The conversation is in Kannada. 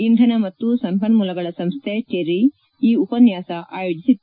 ಇಂಧನ ಮತ್ತು ಸಂಪನ್ಮೂಲಗಳ ಸಂಸ್ಥೆ ಟೆರಿ ಈ ಉಪನ್ಯಾಸ ಆಯೋಜಿಸಿತ್ತು